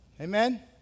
Amen